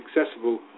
accessible